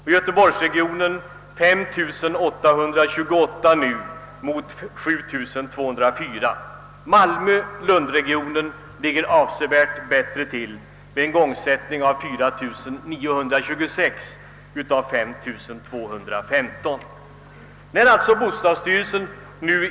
För göteborgsregionen gäller siffrorna 5 828 nu mot 7204 förra året. Malmö—Lund-regionen ligger avsevärt bättre till med en igångsättning av 4926 lägenheter mot 5 215 år 1965.